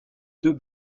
deux